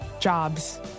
jobs